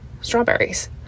strawberries